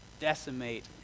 decimate